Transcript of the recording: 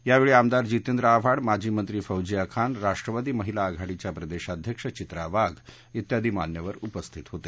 यावेळी आमदार जितेंद्र आव्हाड माजी मंत्री फौजिया खान राष्ट्रवादी महिला आघाडीच्या प्रदेशाध्यक्ष चित्रा वाघ इत्यादि मान्यवर उपस्थित होते